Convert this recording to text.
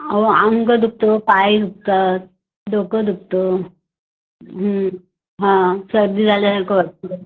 अहो अंग दुखतं पाय दुखतात डोकं दुखतं हां सर्दी झाल्यासारखं वाटतं